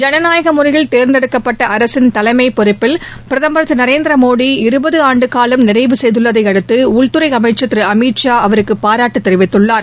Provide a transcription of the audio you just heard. ஜனநாயக முறையில் தேர்ந்தெடுக்கப்பட்ட அரசின் தலைமைப் பொறுப்பில் பிரதமர் திரு நரேந்திரமோடி இருபது ஆண்டு காலம் நிறைவு செய்துள்ளதை அடுத்து உள்துறை அமைச்சர் திரு அமித் ஷா பாராட்டு தெரிவித்துள்ளார்